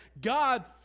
God